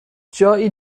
جایی